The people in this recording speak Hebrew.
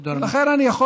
תודה רבה.